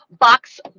box